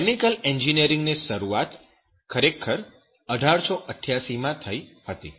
chemical engineering વ્યવસાયની શરૂઆત ખરેખર 1888 માં થઈ હતી